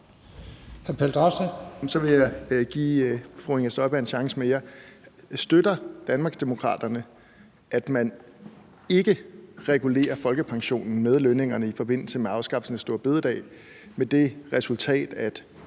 Så vil jeg give fru Inger Støjberg en chance mere. Støtter Danmarksdemokraterne, at man ikke regulerer folkepensionen med lønningerne i forbindelse med afskaffelsen af store bededag med det resultat, at